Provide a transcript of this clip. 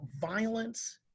violence